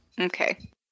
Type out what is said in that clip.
Okay